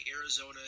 Arizona